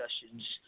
discussions